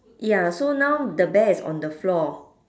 ya so now the bear is on the floor